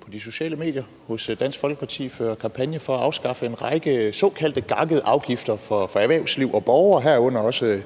på de sociale medier hos Dansk Folkeparti fører kampagne for at afskaffe en række såkaldte gakkede afgifter for erhvervsliv og borgere, herunder